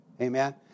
Amen